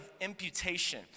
imputation